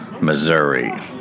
Missouri